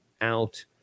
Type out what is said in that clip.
out